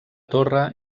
torre